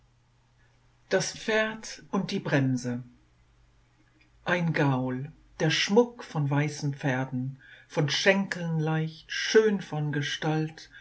das pferd und die bremse ein gaul der schmuck von weißen pferden von schenkeln leicht schön von gestalt